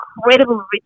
incredible